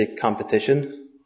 competition